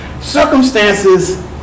Circumstances